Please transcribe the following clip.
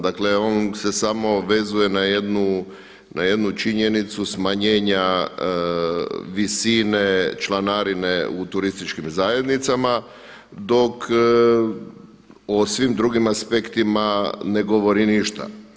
Dakle, on se samo obvezuje na jednu činjenicu smanjenja visine članarine u turističkim zajednicama, dok o svim drugim aspektima ne govori ništa.